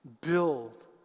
build